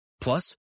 Plus